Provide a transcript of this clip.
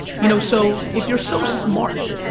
you know so if you're so smart,